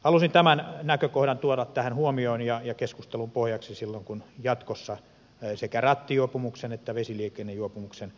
halusin tämän näkökohdan tuoda esille ja keskustelun pohjaksi kun jatkossa sekä rattijuopumuksen että vesiliikennejuopumuksen sanktiojärjestelmiä tutkitaan ja selvitetään